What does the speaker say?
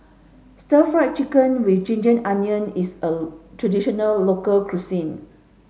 stir fried chicken with ginger onion is a traditional local cuisine